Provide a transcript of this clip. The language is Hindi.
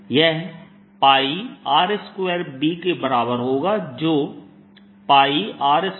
यह R2B के बराबर होगा जो R20nI के बराबर है